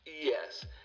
yes